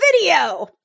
video